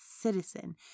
Citizen